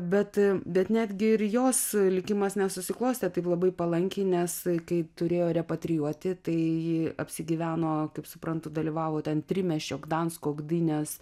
bet bet netgi ir jos likimas nesusiklostė taip labai palankiai nes kai turėjo repatrijuoti tai apsigyveno kaip suprantu dalyvavo ten trimiesčio gdansko gdynės